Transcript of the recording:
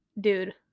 dude